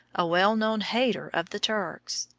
a well-known hater of the turks.